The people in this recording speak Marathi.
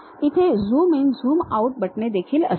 तेथे झूम इन झूम आउट बटणे देखील असतील